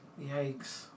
yikes